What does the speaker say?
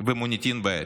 ומוניטין בעייתי.